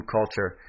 culture